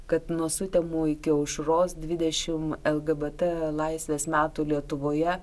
kad nuo sutemų iki aušros dvidešim lgbt laisvės metų lietuvoje